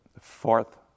fourth